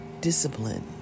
discipline